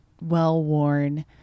well-worn